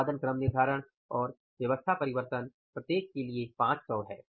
उत्पादन क्रम निर्धारण और व्यवस्था परिवर्तन प्रत्येक के लिए 500 है